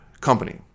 company